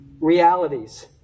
realities